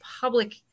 public